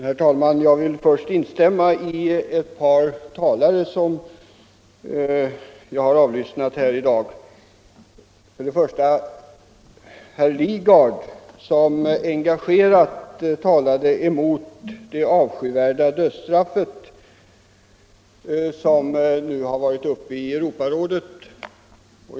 Herr talman! Jag vill först instämma i ett par anföranden som jag har avlyssnat här i dag. Det första hölls av herr Lidgard, som talade engagerat emot det avskyvärda dödsstraffet som nu har varit uppe i Europarådet.